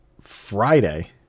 Friday